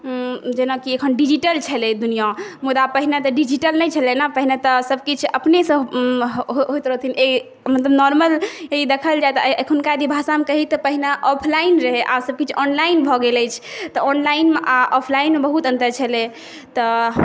जेनाकि अखन digital digital छलय दुनिआ मुदा पहिने तऽ डिजीटल नहि छलै ने पहिने तऽ सभ किछु अपनेसँ होइत रहथिन मतलब नार्मल देखल जाय तऽ एखन एखुनका भाषामे यदि कही तऽ ऑफलाइन रहय आज सभ किछु ऑनलाइन भऽ गेल अछि तऽ ऑनलाइन आ ऑफलाइन मे बहुत अन्तर छलै तऽ